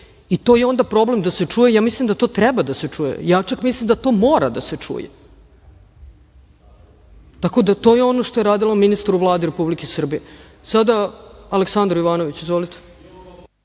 i to je onda problem da se čuje, ja mislim da to treba da se čuje. Ja čak mislim da to mora da se čuje. Tako da to je ono što je radila ministar u Vladi Republike Srbije. Reč ima Aleksandar Jovanović. Izvolite.